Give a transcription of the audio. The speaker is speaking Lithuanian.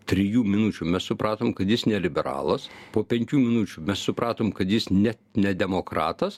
trijų minučių mes supratom kad jis ne liberalas po penkių minučių mes supratom kad jis ne ne demokratas